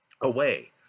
away